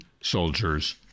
Soldiers